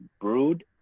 Brood